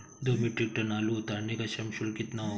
दो metric ton आलू उतारने का श्रम शुल्क कितना होगा?